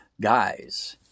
guys